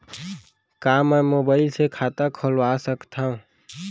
का मैं मोबाइल से खाता खोलवा सकथव?